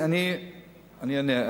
אני אענה.